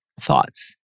thoughts